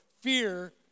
fear